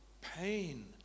pain